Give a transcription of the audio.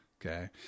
Okay